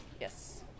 Yes